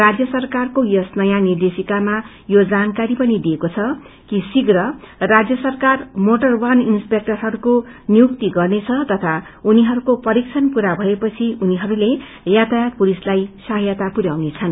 राज्य सरकाकरको यस नयाँ निर्देशिकामा यो जानकारी पनि दिइएको छ कि शीघ्र राजय सरकार मोटर वाहन इन्सेपेक्टरहयको नियुक्ति गरिनेछ तथा उनीहरूको परीक्षण पूरा भएपछि उनीहरूले यातायात पुलिसलाई सहायता पु याउनेछन्